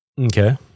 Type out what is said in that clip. Okay